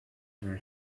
her